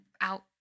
out